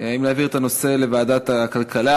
האם להעביר את הנושא לוועדת הכלכלה.